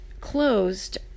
closed